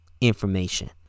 information